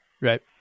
Right